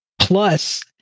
Plus